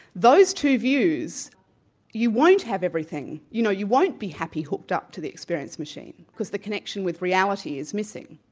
those two views you won't have everything, you know, you won't be happy hooked up to the experience machine because the connection with reality is missing.